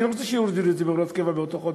אני לא רוצה שיורידו לי את זה בהוראת קבע באותו חודש,